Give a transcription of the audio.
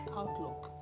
outlook